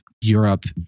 Europe